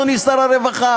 אדוני שר הרווחה?